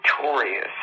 victorious